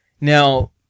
Now